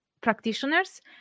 practitioners